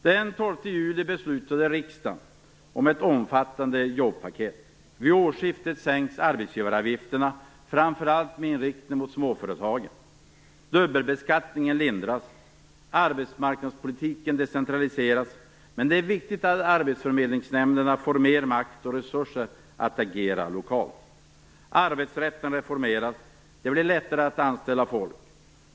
Den 12 juli beslutade riksdagen om ett omfattande jobbpaket. Vid årsskiftet sänks arbetsgivaravgifterna, framför allt med inriktning på småföretagen. Dubbelbeskattningen lindras. Arbetsmarknadspolitiken decentraliseras, men det är viktigt att arbetsförmedlingsnämnderna får mer makt och resurser att agera lokalt. Arbetsrätten reformeras. Det blir lättare att anställa folk.